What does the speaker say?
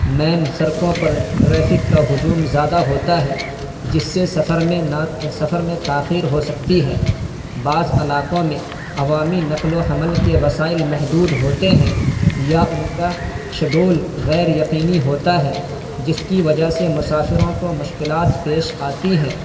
مین سڑکوں پر ٹریفک کا ہجوم زیادہ ہوتا ہے جس سے سفر میں نا سفر میں تاخیر ہو سکتی ہے بعض علاقوں میں عوامی نقل و حمل کے وسائل محدود ہوتے ہیں یا ان کا شیڈول غیر یقینی ہوتا ہے جس کی وجہ سے مسافروں کو مشکلات پیش آتی ہیں